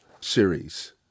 series